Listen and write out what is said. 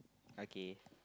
okay